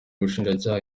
ubushinjacyaha